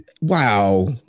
wow